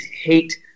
hate